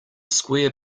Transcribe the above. square